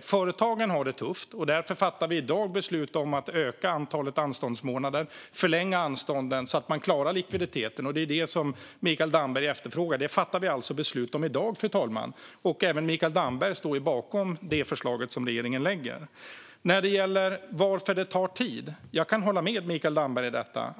Företagen har det tufft. Därför fattar vi i dag beslut om att öka antalet anståndsmånader, förlänga anstånden, så att de klarar likviditeten. Det är det som Mikael Damberg efterfrågar. Det fattar vi alltså beslut om i dag, fru talman, och även Mikael Damberg står bakom det förslag som regeringen lägger fram. Varför tar det tid? Jag kan hålla med Mikael Damberg i detta.